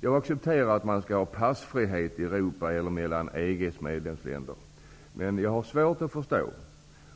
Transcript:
Jag accepterar passfrihet i Europa, mellan EG:s medlemsländer. Men jag har svårt att förstå,